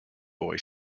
boy